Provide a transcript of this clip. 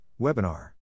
webinar